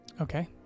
Okay